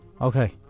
Okay